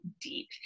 deep